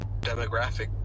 demographic